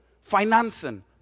financing